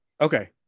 Okay